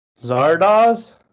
Zardoz